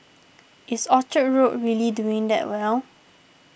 is Orchard Road really doing that well